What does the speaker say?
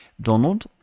Donald